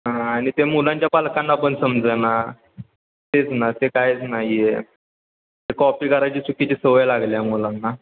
हां आणि ते मुलांच्या पालकांना पण समजेना तेच ना ते कायच नाही आहे ते कॉपी करायची चुकीची सवय लागली आहे मुलांना